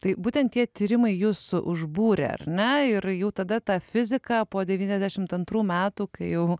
tai būtent tie tyrimai jus užbūrė ar ne ir jau tada tą fiziką po devyniasdešimt antrų metų kai jau